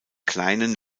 kleinen